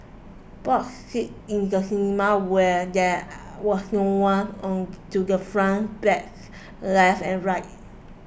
bought seats in the cinema where there was no one on to the front back left and right